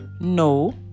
no